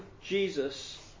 Jesus